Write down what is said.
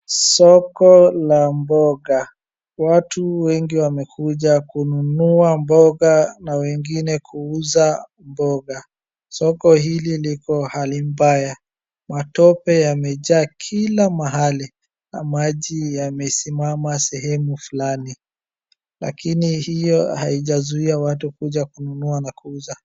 soko la mboga ,wau wengi wamekuja kununua mboga na wengine kuuza mboga. Soko hili liko hali mbaya ,matope yammejaa kila mahali na maji yamesimama sehemu fulani lakini hiyo haijazuia watu kuja kununua na kuuza